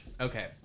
Okay